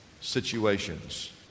situations